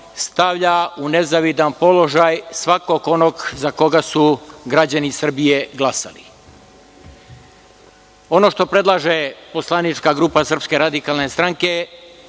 stavlja u nezavidan položaj svakog onog za koga su građani Srbije glasali. Ono što predlaže poslanička grupa SRS to je da se što pre